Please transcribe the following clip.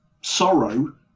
sorrow